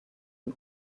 ihm